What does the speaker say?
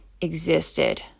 existed